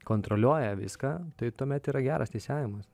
kontroliuoja viską tai tuomet yra geras teisėjavimas